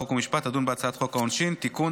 חוק ומשפט תדון בהצעת חוק העונשין (תיקון,